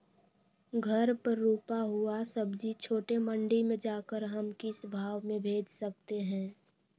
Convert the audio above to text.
घर पर रूपा हुआ सब्जी छोटे मंडी में जाकर हम किस भाव में भेज सकते हैं?